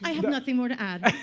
have nothing more to add.